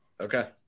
Okay